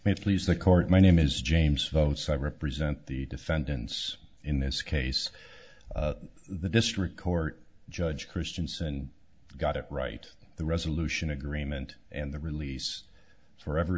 court my name is james voce i represent the defendants in this case the district court judge christensen got it right the resolution agreement and the release forever